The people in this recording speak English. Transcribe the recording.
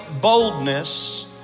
boldness